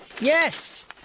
Yes